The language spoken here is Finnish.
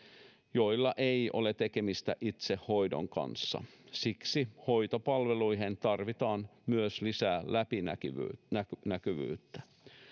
joilla ei ole tekemistä itse hoidon kanssa siksi hoitopalveluihin tarvitaan myös lisää läpinäkyvyyttä läpinäkyvyyttä